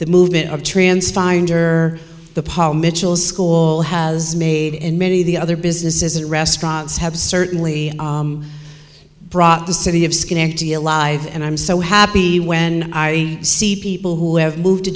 the movement of trance finder the paul mitchell school has made in many of the other businesses and restaurants have certainly brought the city of schenectady alive and i'm so happy when i see people who have moved to